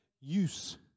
use